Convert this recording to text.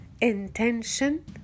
intention